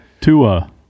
Tua